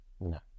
No